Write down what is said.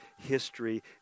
history